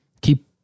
keep